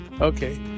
Okay